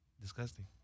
disgusting